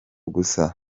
gusa